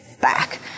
back